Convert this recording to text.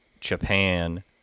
Japan